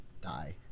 die